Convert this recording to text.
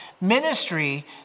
ministry